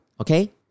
Okay